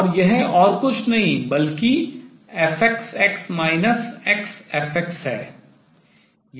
और यह और कुछ नहीं बल्कि fx xf है